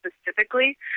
specifically